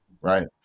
right